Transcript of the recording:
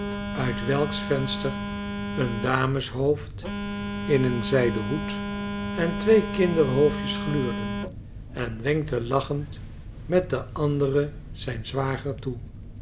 uit welks venster een dameshoofd in een zijden hoed en twee kinderhoofdjes gluurden en wenkte lachend met de andere zijn zwager toe